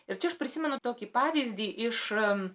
ir čia aš prisimenu tokį pavyzdį iš